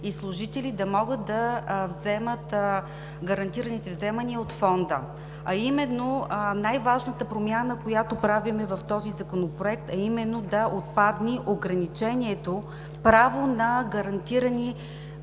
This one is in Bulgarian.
и служители да могат да вземат гарантираните вземания от Фонда – най-важната промяна, която правим в този Законопроект, а именно да отпадне ограничението право на гарантирани